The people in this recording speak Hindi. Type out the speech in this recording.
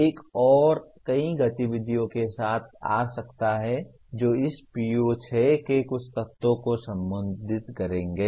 एक और कई गतिविधियों के साथ आ सकता है जो इस PO6 के कुछ तत्वों को संबोधित करेंगे